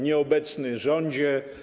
Nieobecny Rządzie!